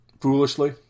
Foolishly